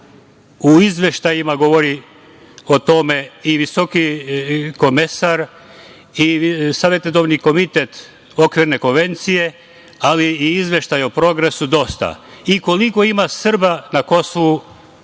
U izveštajima govori o tome i visoki komesar i savetodavni komitet Okvirne konvencije, ali i izveštaj o progresu dosta, i koliko ima Srba na Kosovu